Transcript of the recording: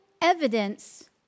evidence